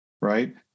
right